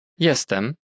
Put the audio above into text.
Jestem